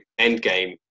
Endgame